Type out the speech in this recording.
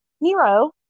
Nero